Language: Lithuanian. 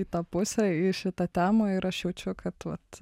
į tą pusę į šitą temą ir aš jaučiu kad vat